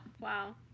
Wow